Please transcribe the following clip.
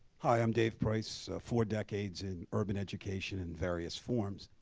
hi, i'm dave price, four decades in urban education in various forms.